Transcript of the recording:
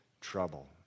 trouble